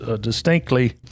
distinctly